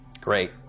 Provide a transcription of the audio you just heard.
Great